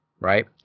right